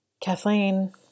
Kathleen